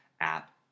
app